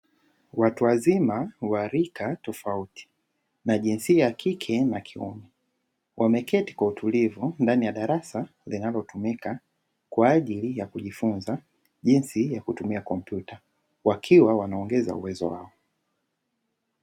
Watu wazima wa rika tofauti na jinsia ya kike na kiume, wameketi kwa utulivu ndani ya darasa linalotumika kwajili ya kujifunza jinsi ya kutumia kompyuta, you have wakiwa wanaongeza uwezo wao.